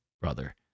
brother